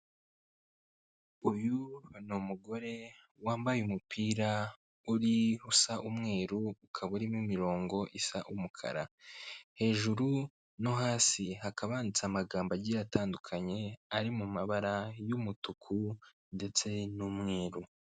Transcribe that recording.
Uyu ni umugore wambaye umupira uri usa umweru ukaba urimo imirongo isa umukara, hejuru no hasi hakaba handitse amagambo agiye atandukanye ari mu mabara y'umutuku ndetse n'umweru.